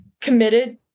committed